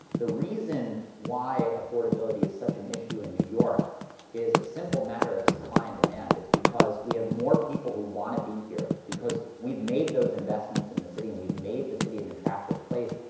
the reason why affordability is such an issue in new york is a simple matter of supply and demand. it's because we have more people who want to be here, because we've made those investments in the city, and we've made the city an and attractive place,